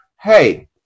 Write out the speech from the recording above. Hey